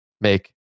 make